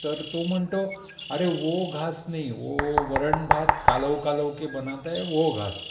तर तो म्हणतो अरे वो घास नई वो वरण भात कालव कालव के बनाता है वो घास